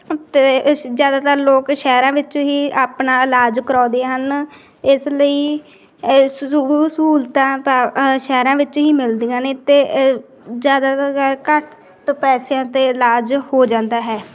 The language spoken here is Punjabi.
ਅਤੇ ਇਸ ਜ਼ਿਆਦਾਤਰ ਲੋਕ ਸ਼ਹਿਰਾਂ ਵਿੱਚ ਹੀ ਆਪਣਾ ਇਲਾਜ ਕਰਵਾਉਂਦੇ ਹਨ ਇਸ ਲਈ ਸਹੂਲਤਾਂ ਤਾਂ ਸ਼ਹਿਰਾਂ ਵਿੱਚ ਹੀ ਮਿਲਦੀਆਂ ਨੇ ਅਤੇ ਜ਼ਿਆਦਾਤਰ ਘੱਟ ਪੈਸਿਆਂ ਤੇ ਇਲਾਜ ਹੋ ਜਾਂਦਾ ਹੈ